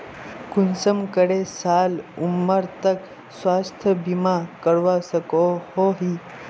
कुंसम करे साल उमर तक स्वास्थ्य बीमा करवा सकोहो ही?